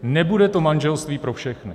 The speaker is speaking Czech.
Nebude to manželství pro všechny!